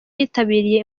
yitabiriye